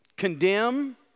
Condemn